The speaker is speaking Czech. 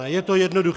Je to jednoduché.